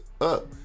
up